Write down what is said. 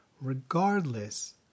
regardless